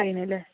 അതിനല്ലെ